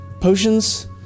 potions